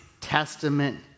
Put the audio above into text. Testament